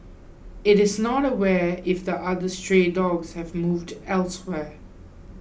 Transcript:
it is not aware if the other stray dogs have moved elsewhere